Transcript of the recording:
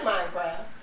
Minecraft